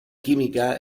química